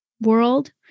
world